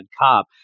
cop